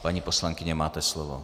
Paní poslankyně, máte slovo.